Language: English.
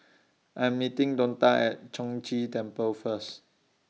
I'm meeting Donta At Chong Ghee Temple First